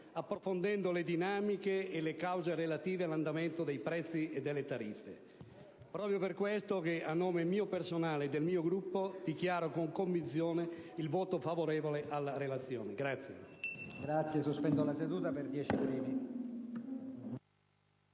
approfondendo le dinamiche e le cause relative all'andamento dei prezzi e delle tariffe. È proprio per questo che a nome mio personale e del mio Gruppo dichiaro con convinzione il voto favorevole sulla proposta di